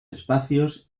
espacios